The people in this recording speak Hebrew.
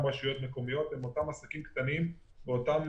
רשויות מקומיות הם אותם עסקים קטנים באותם